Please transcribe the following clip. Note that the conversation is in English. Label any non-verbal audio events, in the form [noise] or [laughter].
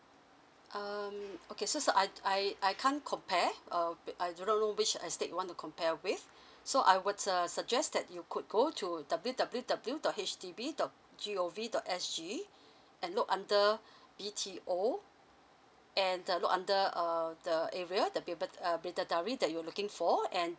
um okay so sir I I I can't compare uh I do not know which estate you want to compare with [breath] so I would uh suggest that you could go to W W W dot H D B dot G O V dot S G and look under [breath] B_T_O and uh look under err the area the bid~ uh bidadari that you are looking for and